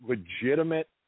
Legitimate